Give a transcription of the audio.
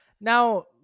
now